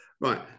Right